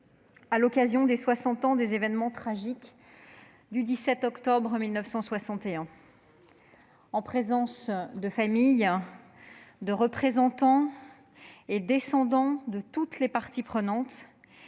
à l'occasion des soixante ans des événements tragiques du 17 octobre 1961. En présence de familles, de représentants et descendants de toutes les parties prenantes,